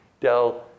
Dell